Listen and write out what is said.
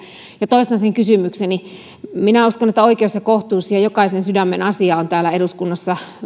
ja toistan sen kysymykseni minä uskon että oikeus ja kohtuus ja jokaisen sydämen asia täällä eduskunnassa